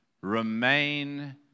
remain